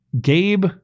Gabe